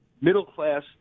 middle-class